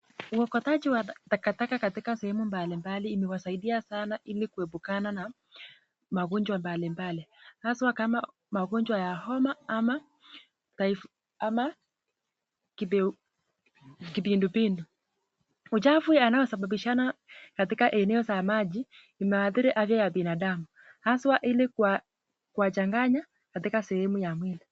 Ukokotaji wa takataka katika sehemu mbalimbali umewasaidia sana ili kuepukana na magonjwa mbalimbali. Hasa kama magonjwa ya homa ama kipindipindu. Ucaafu inayosababishana katika eneo za maji imeathiri afya ya binadamu. Hasa ili kuwachanganya katika sehemu ya mwili.